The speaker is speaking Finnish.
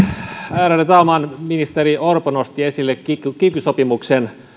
ärade talman ministeri orpo nosti esille kiky kiky sopimuksen